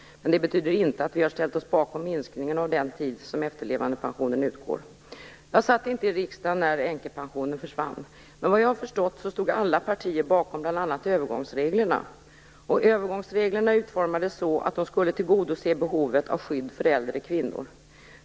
Men det betyder inte att vi har ställt oss bakom den minskning av den tid som efterlevandepensionen utgår. Jag satt inte i riksdagen när änkepensionen togs bort. Men vad jag har förstått stod alla partier bakom bl.a. övergångsreglerna. Övergångsreglerna utformades så att de skulle tillgodose behovet av skydd för äldre kvinnor.